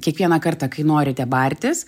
kiekvieną kartą kai norite bartis